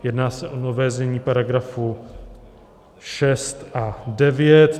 Jedná se o nové znění § 6 a 9.